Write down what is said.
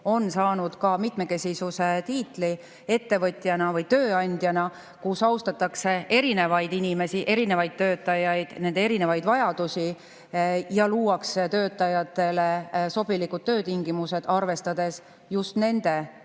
on saanud ka mitmekesisuse tiitli tööandjana, kus austatakse erinevaid inimesi, erinevaid töötajaid, nende erinevaid vajadusi ja luuakse töötajatele sobilikud töötingimused, arvestades just nende isiklikke